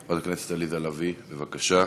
חברת הכנסת עליזה לביא, בבקשה.